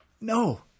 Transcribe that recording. No